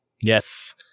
Yes